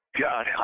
God